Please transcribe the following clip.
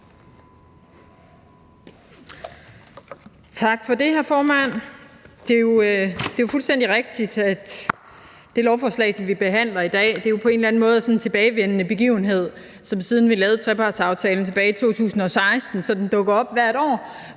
Tak for det, formand. Det er jo fuldstændig rigtigt, at det lovforslag, som vi behandler i dag, på en eller anden måde er en tilbagevendende begivenhed, som, siden vi lavede trepartsaftalen tilbage i 2016, sådan dukker op hvert år